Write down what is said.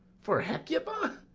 for hecuba?